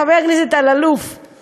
חבר הכנסת אלאלוף,